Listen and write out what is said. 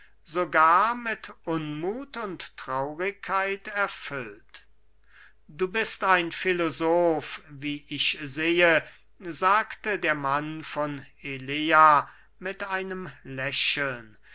sogar mit unmuth und traurigkeit erfüllt du bist ein filosof wie ich sehe sagte der mann von elea mit einem lächeln